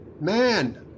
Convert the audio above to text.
Man